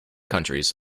countries